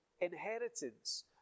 inheritance